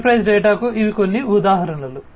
enterprise డేటాకు ఇవి కొన్ని ఉదాహరణలు